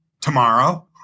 tomorrow